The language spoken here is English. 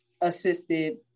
assisted